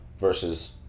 versus